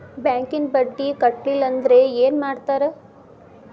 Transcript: ಬ್ಯಾಂಕಿನ ಬಡ್ಡಿ ಕಟ್ಟಲಿಲ್ಲ ಅಂದ್ರೆ ಏನ್ ಮಾಡ್ತಾರ?